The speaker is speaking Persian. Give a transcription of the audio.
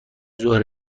ظهر